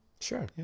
Sure